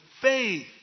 faith